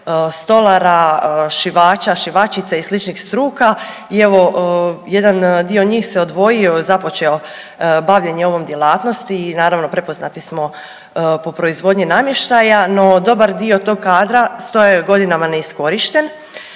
stolara, šivaća, šivačica i sličnih struka i evo jedan dio njih se odvojio, započeo bavljenje ovom djelatnosti i naravno prepoznati smo po proizvodnji namještaja. No, dobar dio tog kadra stoji godinama neiskorišten.